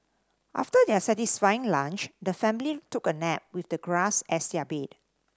after their satisfying lunch the family took a nap with the grass as their bed